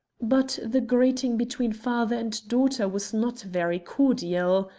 but the greeting between father and daughter was not very cordial.